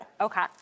Okay